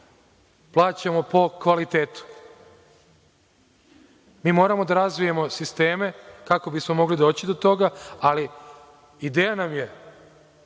plaćamo po kvalitetu. Mi moramo da razvijamo sisteme kako bismo mogli doći do toga, ali ideja nam je,